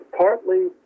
partly